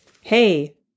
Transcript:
hey